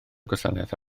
gwasanaeth